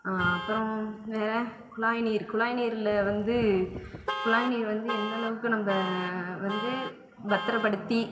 அப்புறம் வேறு குழாய்நீர் குழாய்நீரில் வந்து குழாய்நீர் வந்து எந்தளவுக்கு நம்ப வந்து பத்திரப்படுத்தி